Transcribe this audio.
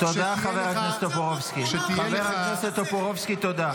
תודה, חבר הכנסת טופורובסקי, תודה.